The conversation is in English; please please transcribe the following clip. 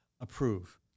approve